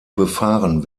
befahren